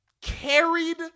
carried